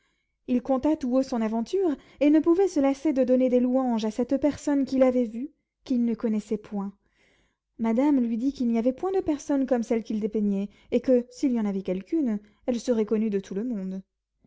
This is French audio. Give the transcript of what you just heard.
il conta tout haut son aventure et ne pouvait se lasser de donner des louanges à cette personne qu'il avait vue qu'il ne connaissait point madame lui dit qu'il n'y avait point de personne comme celle qu'il dépeignait et que s'il y en avait quelqu'une elle serait connue de tout le monde